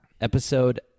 Episode